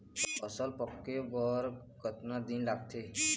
फसल पक्के बर कतना दिन लागत हे?